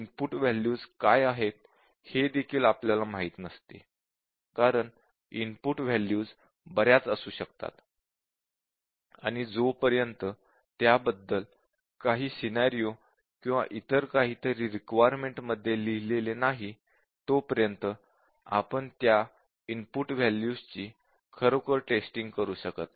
input values काय आहेत हे देखील आपल्याला माहित नसते कारण इनपुट व्हॅल्यूज बऱ्याच असू शकतात आणि जोपर्यंत त्याबद्दल काही सिनॅरिओ किंवा इतर काहीतरी रिक्वायरमेंटमध्ये लिहिले नाही तोपर्यंत आपण त्या इनपुट व्हॅल्यूजची खरोखर टेस्टिंग करू शकत नाही